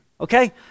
okay